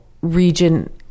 region